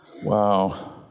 Wow